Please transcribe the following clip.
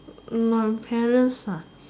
my parents ah